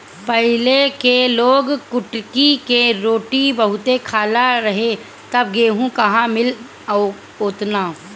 पहिले के लोग कुटकी के रोटी बहुते खात रहे तब गेहूं कहां मिले ओतना